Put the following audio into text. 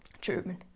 German